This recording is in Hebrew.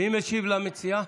מי משיב למציעה?